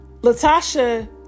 Latasha